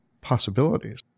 possibilities